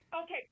Okay